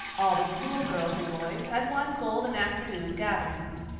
all the school girls and boys had one golden afternoon gathering them,